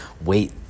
Wait